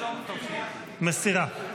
--- מסירה.